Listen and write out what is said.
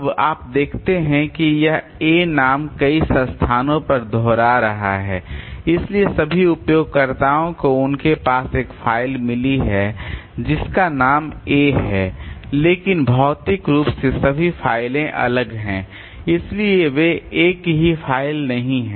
अब आप देखते हैं कि यह a नाम कई स्थानों पर दोहरा रहा है इसलिए सभी उपयोगकर्ताओं को उनके पास एक फ़ाइल मिली है जिसका नाम a है लेकिन भौतिक रूप से सभी फाइलें अलग हैं इसलिए वे एक ही फ़ाइल नहीं हैं